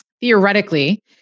theoretically